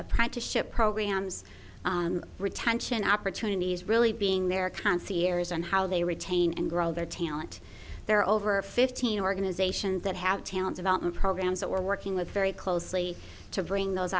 apprenticeship programs retention opportunities really being their concierges and how they retain and grow their talent there over fifteen organizations that have talent development programs that we're working with very closely to bring those